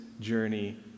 journey